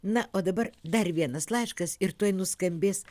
na o dabar dar vienas laiškas ir tuoj nuskambės